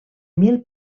mil